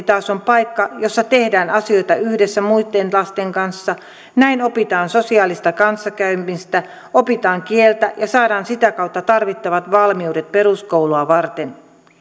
taas on paikka jossa tehdään asioita yhdessä muitten lasten kanssa näin opitaan sosiaalista kanssakäymistä opitaan kieltä ja saadaan sitä kautta tarvittavat valmiudet peruskoulua varten